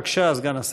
בבקשה, סגן השר.